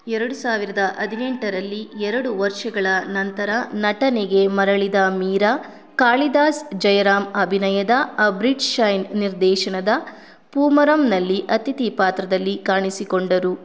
ಎರಡು ಸಾವಿರದ ಹದಿನೆಂಟರಲ್ಲಿ ಎರಡು ವರ್ಷಗಳ ನಂತರ ನಟನೆಗೆ ಮರಳಿದ ಮೀರಾ ಕಾಳಿದಾಸ್ ಜಯರಾಮ್ ಅಭಿನಯದ ಅಬ್ರಿಡ್ ಶೈನ್ ನಿರ್ದೇಶನದ ಪೂಮರಮ್ನಲ್ಲಿ ಅಥಿತಿ ಪಾತ್ರದಲ್ಲಿ ಕಾಣಿಸಿಕೊಂಡರು